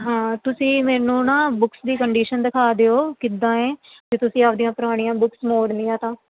ਹਾਂ ਤੁਸੀਂ ਮੈਨੂੰ ਨਾ ਬੁੱਕਸ ਦੀ ਕੰਡੀਸ਼ਨ ਦਿਖਾ ਦਿਓ ਕਿੱਦਾਂ ਹੈ ਜੇ ਤੁਸੀਂ ਆਪਣੀਆਂ ਪੁਰਾਣੀਆਂ ਬੁੱਕਸ ਮੋੜਨੀਆਂ ਤਾਂ